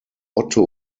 otto